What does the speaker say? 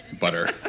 Butter